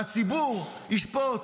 והציבור ישפוט